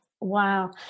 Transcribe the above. Wow